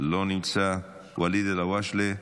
לא נמצא, ואליד אלהואשלה,